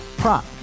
Prop